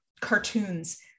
cartoons